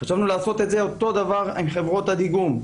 חשבנו לעשות אותו דבר עם חברות הדיגום.